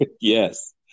Yes